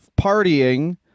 partying